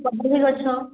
କଦଳି ଗଛ